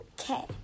Okay